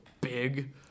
Big